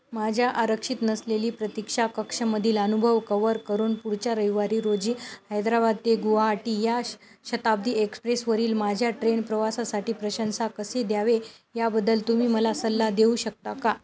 माझ्या आरक्षित नसलेली प्रतीक्षा कक्षामधील अनुभव कवर करून पुढच्या रविवारी रोजी हैद्राबाद ते गुवाहाटी या श शताब्दी एक्सप्रेसवरील माझ्या ट्रेन प्रवासाठी प्रशंसा कसे द्यावे याबद्दल तुम्ही मला सल्ला देऊ शकता का